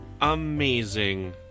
amazing